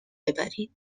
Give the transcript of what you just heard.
ببرید